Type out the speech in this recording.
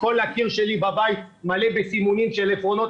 כל הקיר שלי בבית מלא בסימונים של עפרונות,